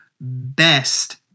best